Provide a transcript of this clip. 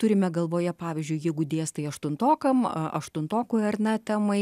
turime galvoje pavyzdžiui jeigu dėstai aštuntokam aštuntokui ar ne temai